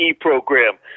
program